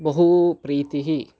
बहु प्रीतिः